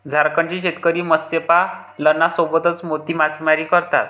झारखंडचे शेतकरी मत्स्यपालनासोबतच मोती मासेमारी करतात